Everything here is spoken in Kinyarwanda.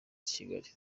kigali